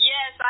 Yes